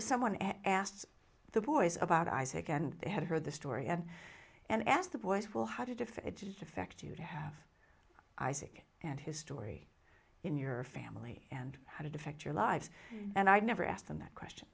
someone asked the boys about isaac and they had heard the story and and asked the boys will how did if it didn't affect you to have isaac and his story in your family and how did affect your life and i never asked them that question